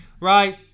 right